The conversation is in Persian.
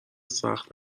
سخت